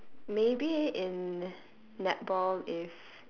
maybe in netball if